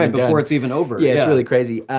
like before it's even over. yeah, it's really crazy.